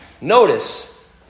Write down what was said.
notice